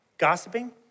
gossiping